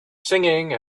singing